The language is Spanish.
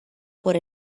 por